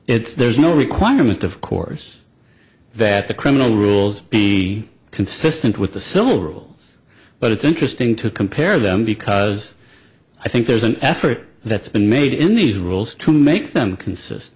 it's there's no requirement of course that the criminal rules be consistent with the similar rules but it's interesting to compare them because i think there's an effort that's been made in these rules to make them consist